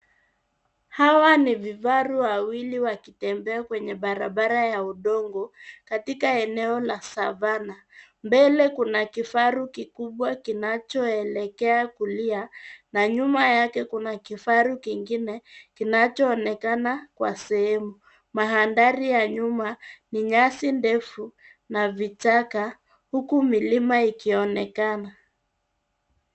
Hawa ni vifaru wawili wakitembea kwenye barabara ya udongo katika eneo la savana. Mbele kuna kifaru kikubwa kinachoelekea kulia na nyuma yake kuna kifaru kingine kinachoonekana kwa sehemu. Mandhari ya nyuma ni nyasi ndefu na vichaka huku milima ikionekana.